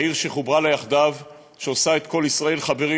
העיר שחוברה לה יחדיו, שעושה את כל ישראל חברים?